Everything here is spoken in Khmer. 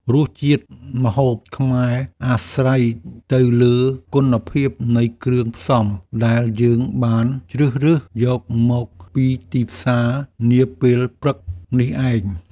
រសជាតិម្ហូបខ្មែរអាស្រ័យទៅលើគុណភាពនៃគ្រឿងផ្សំដែលយើងបានជ្រើសរើសយកមកពីទីផ្សារនាពេលព្រឹកនេះឯង។